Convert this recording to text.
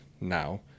now